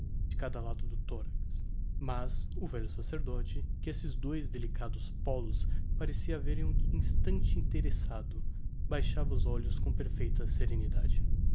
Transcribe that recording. de cada lado do thorax mas o velho sacerdote que esses dois delicados pólos parecia haverem um instante interessado baixava os olhos com perfeita serenidade